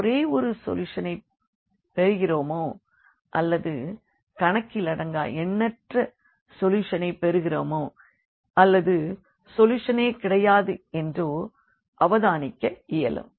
நாம் ஒரே ஒரு சொல்யூஷன்ஐப் பெறுகிறோமோ அல்லது கணக்கிலடங்கா எண்ணற்ற சொல்யூஷன்ஐப் பெறுகிறோமோ அல்லது சொல்யூஷனே கிடையாது என்றோ அவதானிக்க இயலும்